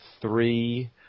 three